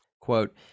Quote